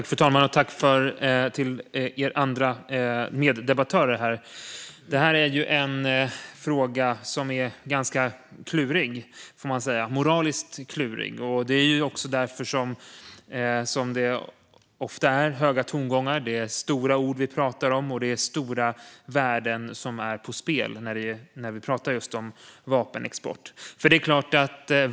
Fru talman! Meddebattörer! Det här är en moraliskt klurig fråga. Därför är det ofta höga tongångar och stora ord. Det är stora värden som står på spel när vi talar om just vapenexport.